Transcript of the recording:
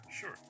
sure